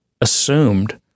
assumed